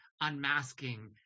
unmasking